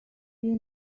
see